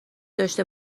داشته